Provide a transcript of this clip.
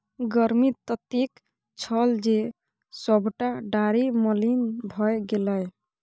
गर्मी ततेक छल जे सभटा डारि मलिन भए गेलै